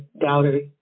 doubters